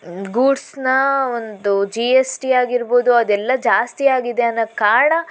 ಗೂಡ್ಸ್ನ ಒಂದು G S T ಆಗಿರ್ಬೋದು ಅದೆಲ್ಲ ಜಾಸ್ತಿಯಾಗಿದೆ ಅನ್ನೋದು ಕಾರಣ